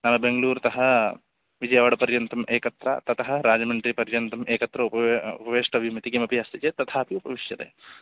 नाम बेङ्ग्ळूर्तः विजयवाडापर्यन्तम् एकत्र ततः राजमण्ड्रि पर्यन्तम् एकत्र उपवे उपवेष्टव्यमिति किमपि अस्ति चेत् तथापि उपविश्यते